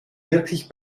wirklich